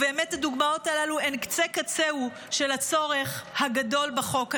ובאמת הדוגמאות הללו הן קצה-קצהו של הצורך הגדול בחוק הזה.